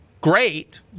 great